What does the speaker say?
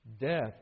death